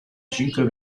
cinque